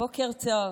בוקר טוב.